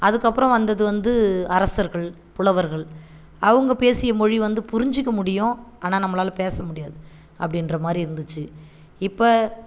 அதுக்கு அப்புறம் வந்தது வந்து அரசர்கள் புலவர்கள் அவங்க பேசிய மொழி வந்து புரிஞ்சுக்க முடியும் ஆனால் நம்பளால் பேச முடியாது அப்படின்ற மாதிரி இருந்துச்சு இப்போ